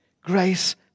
Grace